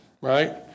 right